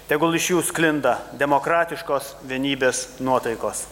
tegul iš jų sklinda demokratiškos vienybės nuotaikos